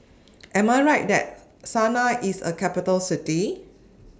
Am I Right that Sanaa IS A Capital City